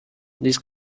these